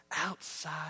outside